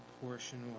portion